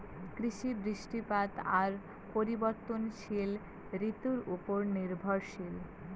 কৃষি, বৃষ্টিপাত আর পরিবর্তনশীল ঋতুর উপর নির্ভরশীল